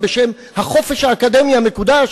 בשם החופש האקדמי המקודש.